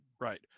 right